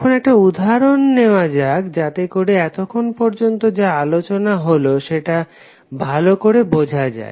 এখন একটা উদাহরণ নেওয়া যাক যাতে করে এতক্ষণ পর্যন্ত যা আলোচনা হলো সেটা ভালো করে বোঝা যায়